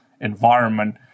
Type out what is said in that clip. environment